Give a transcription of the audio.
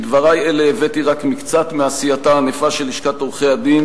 בדברי אלה הבאתי רק מקצת מעשייתה הענפה של לשכת עורכי-הדין